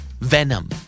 venom